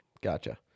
gotcha